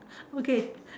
okay